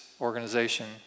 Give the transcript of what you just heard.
organization